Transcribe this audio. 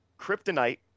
Kryptonite